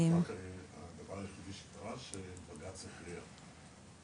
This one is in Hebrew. הדבר היחידי שקרה שבג"צ הכריע.